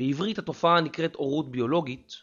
בעברית התופעה נקראת הורות ביולוגית.